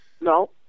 No